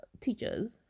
teachers